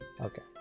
Okay